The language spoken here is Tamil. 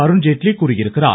அருண்ஜேட்லி கூறியிருக்கிறார்